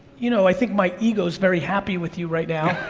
you know, i think my ego's very happy with you right now.